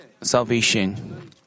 salvation